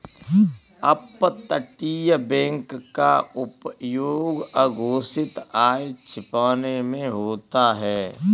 अपतटीय बैंक का उपयोग अघोषित आय छिपाने में होता है